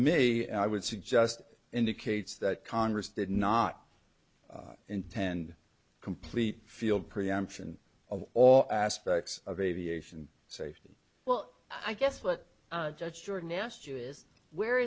me i would suggest indicates that congress did not intend complete field preemption of all aspects of aviation safety well i guess what judge jordan asked you is where